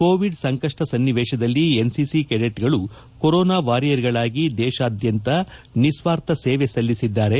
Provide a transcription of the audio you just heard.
Covid ಸಂಕಷ್ನ ಸನ್ನಿವೇಶದಲ್ಲಿ NCC ಕೆಡೆಟ್ಗಳು ಕೊರೋನಾ ವಾರಿಯರ್ಗಳಾಗಿ ದೇಶಾದ್ಯಂತ ನಿಸ್ವಾರ್ಥ ಸೇವೆ ಸಲ್ಲಿಬಿದ್ದಾರೆ